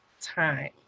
time